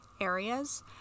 areas